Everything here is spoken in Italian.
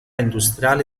industriali